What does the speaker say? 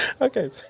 Okay